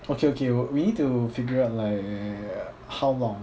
okay okay we need to figure out like how long